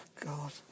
God